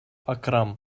акрам